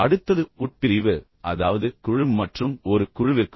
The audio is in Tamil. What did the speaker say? அடுத்தது உட்பிரிவு அதாவது குழு மற்றும் ஒரு குழுவிற்குள்